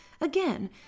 Again